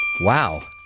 Wow